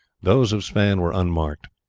those of sweyn were unmarked.